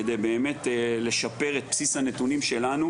כדי באמת לשפר את בסיס הנתונים שלנו,